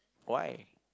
why